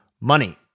money